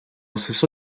stesso